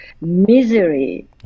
misery